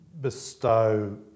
bestow